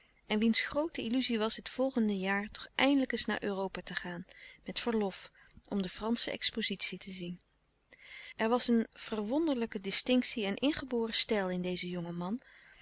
en wiens groote illuzie was het volgende jaar toch eindelijk eens naar europa te gaan met verlof om de fransche expozitie te zien er was een verwonderlijke distinctie en ingeboren stijl in dezen jongen man